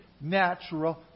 natural